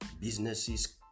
businesses